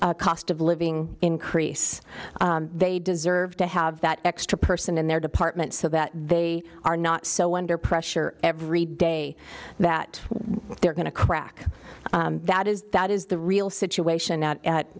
a cost of living increase they deserve to have that extra person in their department so that they are not so under pressure every day that they're going to crack that is that is the real situation at